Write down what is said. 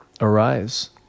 arise